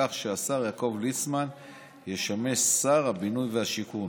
כך שהשר יעקב ליצמן ישמש שר הבינוי והשיכון,